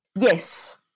Yes